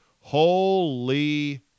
Holy